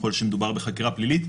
ככל שמדובר בחקירה פלילית.